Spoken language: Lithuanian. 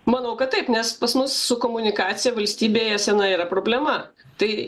manau kad taip nes pas mus su komunikacija valstybėje senai yra problema tai